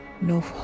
no